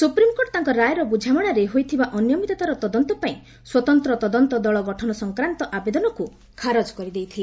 supreme court ତାଙ୍କ ରାୟର ବୁଝାମଣାରେ ହୋଇଥିବା ଅନିମିୟତାର ତଦନ୍ତ ପାଇଁ ସ୍ୱତନ୍ତ୍ର ତଦନ୍ତ ଦଳ ଗଠନ ସଂକ୍ରାନ୍ତ ଆବେଦନକୁ ଖାରଜ କରିଦେଇଥିଲେ